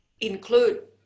include